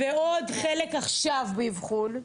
ועוד חלק עכשיו באבחון.